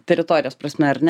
teritorijos prasme ar ne